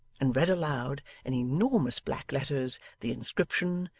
and read aloud, in enormous black letters, the inscription,